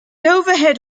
overhead